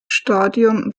stadion